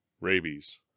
Rabies